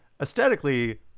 aesthetically